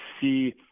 see